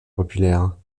populaire